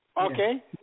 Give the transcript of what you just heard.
Okay